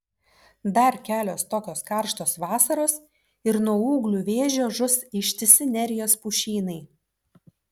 dar kelios tokios karštos vasaros ir nuo ūglių vėžio žus ištisi nerijos pušynai